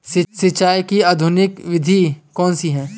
सिंचाई की आधुनिक विधि कौनसी हैं?